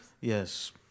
Yes